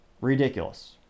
Ridiculous